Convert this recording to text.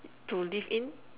to live in